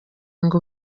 ngo